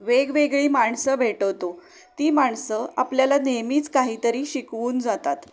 वेगवेगळी माणसं भेटवतो ती माणसं आपल्याला नेहमीच काहीतरी शिकवून जातात